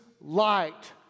light